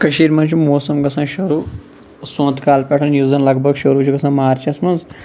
کٔشیٖر مَنٛز چھُ موسَم گَژھان شُروع سونٛتہٕ کالہِ پٮ۪ٹھ یُس زَن لَگ بَگ شُروع چھُ گَژھان مارچَس مَنٛز